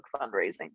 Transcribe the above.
fundraising